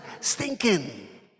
stinking